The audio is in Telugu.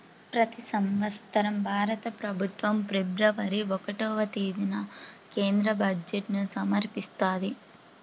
ప్రతి సంవత్సరం భారత ప్రభుత్వం ఫిబ్రవరి ఒకటవ తేదీన కేంద్ర బడ్జెట్ను సమర్పిస్తది